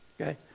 okay